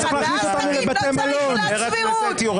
תגן על שקרן ואז תגיד שלא צריך עילת סבירות.